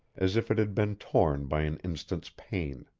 as if it had been torn by an instant's pain.